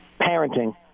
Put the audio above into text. parenting